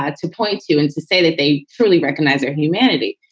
ah to point to and to say that they truly recognize their humanity,